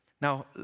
Now